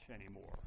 anymore